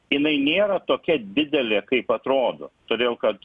jinai nėra tokia didelė kaip atrodo todėl kad